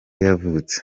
yavutse